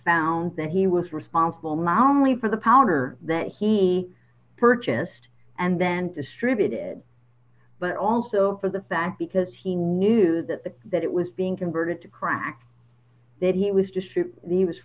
found that he was responsible not only for the powder that he purchased and then distributed but also for the fact because he knew that the that it was being converted to crack that he was